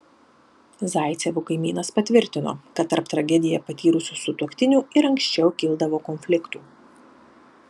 zaicevų kaimynas patvirtino kad tarp tragediją patyrusių sutuoktinių ir anksčiau kildavo konfliktų